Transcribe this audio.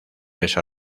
esa